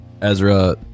Ezra